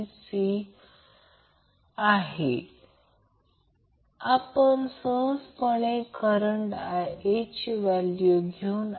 आणि जर ca आणि cn सारखेच दिसले तर ते 30° आहे